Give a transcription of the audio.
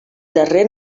darrer